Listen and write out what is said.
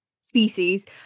species